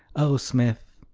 oh, smith,